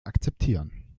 akzeptieren